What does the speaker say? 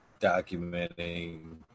documenting